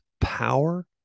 power